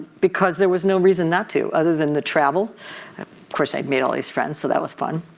because there was no reason not to other than the travel of course, i'd made all these friends so that was fun.